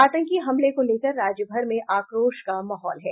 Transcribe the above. आतंकी हमले को लेकर राज्य भर में आक्रोश का माहौल है